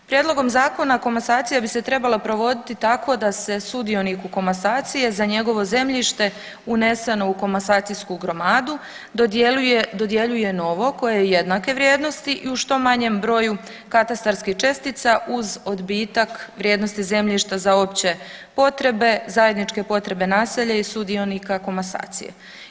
Prijedlogom zakona komasacija bi se trebala provoditi tako da se sudioniku komasacije za njegovo zemljište uneseno u komasacijsku gromadu dodjeljuje novo koje je jednake vrijednosti i u što manjem broju katastarskih čestica uz odbitak vrijednosti zemljišta za opće potrebe, zajedničke potrebe naselja i sudionika komasacije.